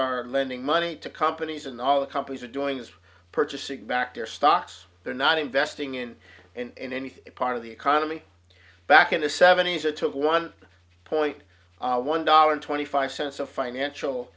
are lending money to companies and all the companies are doing is purchasing back their stocks they're not investing in and any part of the economy back in the seventies it took a one point one dollar twenty five cents a financial